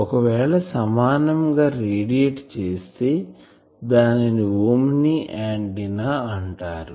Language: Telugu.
ఒకవేళ సమానం గా రేడియేట్ చేస్తే దానిని ఓమ్ని ఆంటిన్నా అంటారు